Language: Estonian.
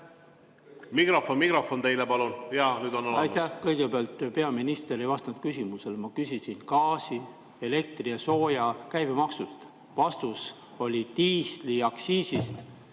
Mikrofon teile, palun!